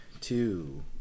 two